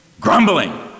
Grumbling